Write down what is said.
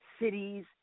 cities